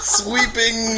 sweeping